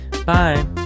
Bye